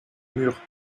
murs